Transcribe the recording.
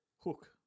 Hook